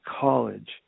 college